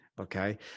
okay